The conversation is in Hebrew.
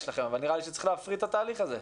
אבל נראה לי שצריך להפריד את התהליך הזה.